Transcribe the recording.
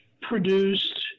produced